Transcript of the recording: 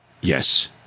Yes